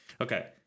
Okay